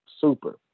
Super